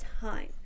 time